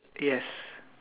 yes